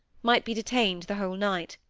might be detained the whole night.